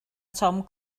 tom